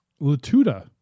Latuda